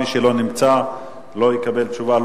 ומי שלא נמצא לא יקבל תשובה,